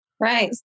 Right